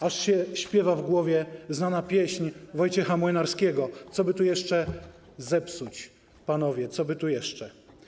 Aż się słyszy w głowie znaną pieśń Wojciecha Młynarskiego: Co by tu jeszcze zepsuć, panowie, co by tu jeszcze?